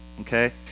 okay